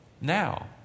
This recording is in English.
now